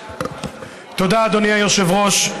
תודה, אדוני היושב-ראש.